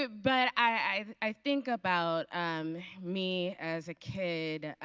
but i think about me as a kid